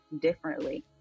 differently